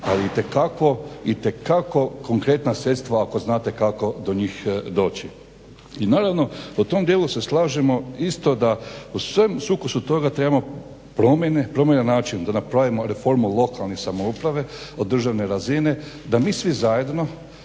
ali itekako konkretna sredstva ako znate kako do njih doći. I naravno, u tom dijelu se slažemo isto da u sukusu toga trebamo promjene, promjene, način da napravimo reformu lokalne samouprave od državne razine, da mi svi zajedno